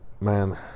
man